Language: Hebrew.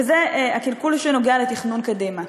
וזה הקלקול שקשור לתכנון קדימה.